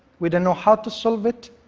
we don't know how to solve it,